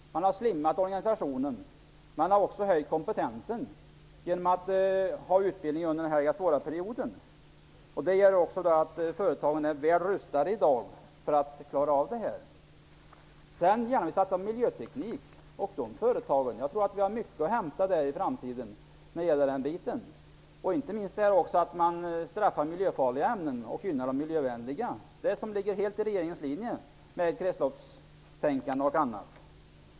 Man har slimmat organisationen. Man har också höjt kompetensen genom att ha haft utbildning under denna svåra period. Det gör att företagen är väl rustade i dag. Företagen vill nu satsa på miljöteknik. Jag tror att vi har mycket att hämta där i framtiden. Man straffar miljöfarliga ämnen och gynnar de miljövänliga. Det ligger helt i linje med regeringens politik för kretsloppstänkande och sådant.